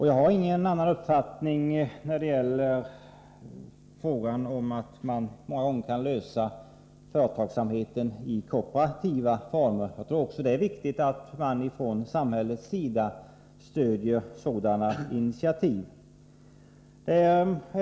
Jag har ingen annan uppfattning när det gäller att åstadkomma företagsamhet i kooperativa former — jag tror att det är viktigt att samhället stöder också sådana initiativ.